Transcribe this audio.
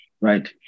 right